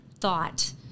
thought